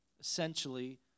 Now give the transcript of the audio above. essentially